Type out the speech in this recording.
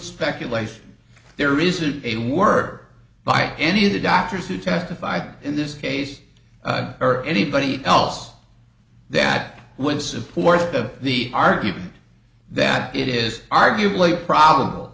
speculation there isn't a word by any of the doctors who testified in this case or anybody else that would support the argument that it is arguably probable